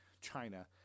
China